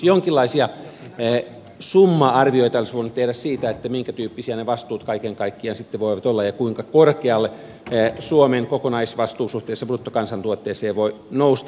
tietysti jonkinlaisia summa arvioita olisi voinut tehdä siitä minkä tyyppisiä ne vastuut kaiken kaikkiaan sitten voivat olla ja kuinka korkealle suomen kokonaisvastuu suhteessa bruttokansantuotteeseen voi nousta